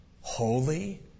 Holy